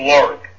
Lord